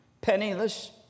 Penniless